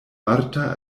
marta